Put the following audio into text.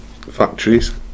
factories